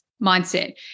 mindset